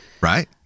Right